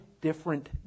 different